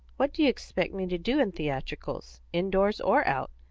what do you expect me to do in theatricals, in-doors or out?